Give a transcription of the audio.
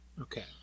Okay